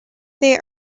they